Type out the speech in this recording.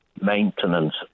maintenance